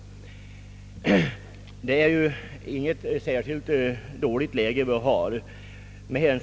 Det är annars inte något särskilt dåligt läge vårt län har.